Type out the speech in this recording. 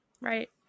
Right